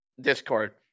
Discord